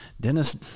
Dennis